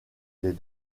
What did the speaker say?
des